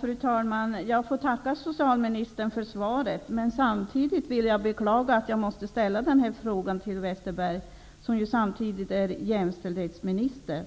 Fru talman! Jag får tacka socialministern för svaret. Jag vill samtidigt beklaga att jag har varit tvungen att ställa denna fråga till Westerberg. Han är ju samtidigt jämställdhetsminister.